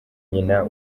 nyina